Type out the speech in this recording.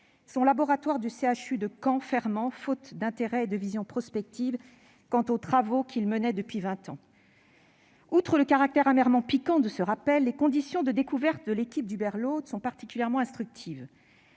son laboratoire du CHU de Caen fermait, faute d'intérêt et de vision prospective quant aux travaux qu'il menait depuis vingt ans. Outre le caractère amèrement piquant de ce rappel, les conditions des découvertes de l'équipe d'Hubert Laude sont particulièrement instructives.